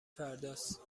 فرداست